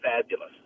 fabulous